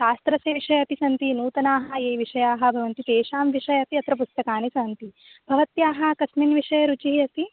शास्त्रस्य विषये अपि सन्ति नूतनाः ये विषयाः भवन्ति तेषां विषये अपि अत्र पुस्तकानि सन्ति भवत्याः कस्मिन् विषये रुचिः अस्ति